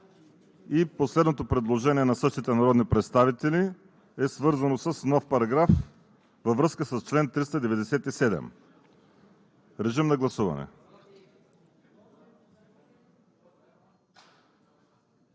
Последното предложение на същите народни представители е свързано с нов параграф във връзка с чл. 397. Режим на гласуване.